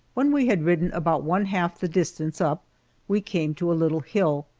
when we had ridden about one half the distance up we came to a little hill,